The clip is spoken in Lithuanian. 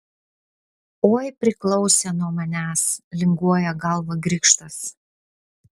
oi priklausė nuo manęs linguoja galvą grikštas